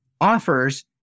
Offers